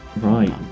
right